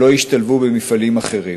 שלא ישתלבו במפעלים אחרים.